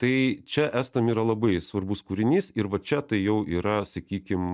tai čia estam yra labai svarbus kūrinys ir va čia tai jau yra sakykim